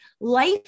Life